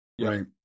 right